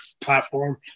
platform